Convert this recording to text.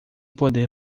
poder